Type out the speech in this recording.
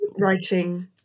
writing